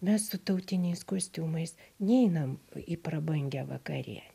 mes su tautiniais kostiumais neinam į prabangią vakarien